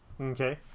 Okay